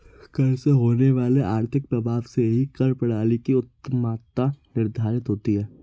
कर से होने वाले आर्थिक प्रभाव से ही कर प्रणाली की उत्तमत्ता निर्धारित होती है